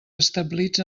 establits